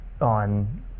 on